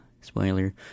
spoiler